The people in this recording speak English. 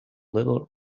little